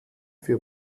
für